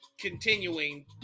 continuing